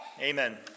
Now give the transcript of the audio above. Amen